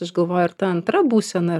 aš galvoju ar ta antra būsena